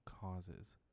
causes